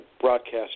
broadcast